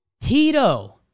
Tito